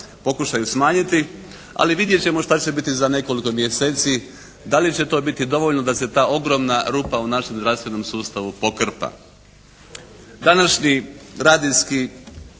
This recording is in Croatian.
pokušaju smanjiti. Ali vidjet ćemo šta će biti za nekoliko mjeseci, da li će to biti dovoljno da se ta ogromna rupa u našem zdravstvenom sustavu pokrpa.